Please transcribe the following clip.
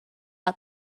out